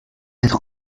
être